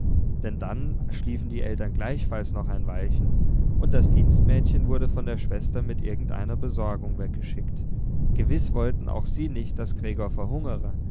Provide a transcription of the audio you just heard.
denn dann schliefen die eltern gleichfalls noch ein weilchen und das dienstmädchen wurde von der schwester mit irgendeiner besorgung weggeschickt gewiß wollten auch sie nicht daß gregor verhungere